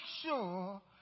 sure